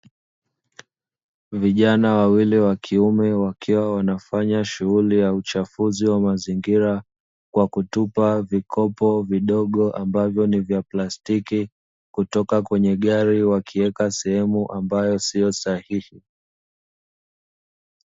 Vijana wawili wa kiume, wakiwa wanafanya shughuli ya uchafuzi wa mazingira kwa kutupa vikopo vidogo ambavyo ni vya plastiki kutoka kwenye gari, wakiweka sehemu ambayo sio sahihi.